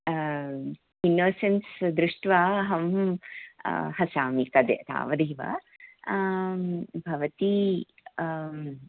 इन्नो sense दृष्ट्वा अहं हसामि तद् तावदव भवती